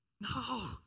No